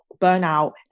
burnout